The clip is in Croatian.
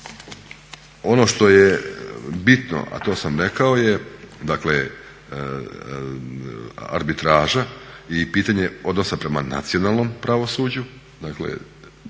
ono što je bitno a to sam rekao je dakle arbitraža i pitanje odnosa prema nacionalnom pravosuđu.